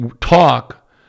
talk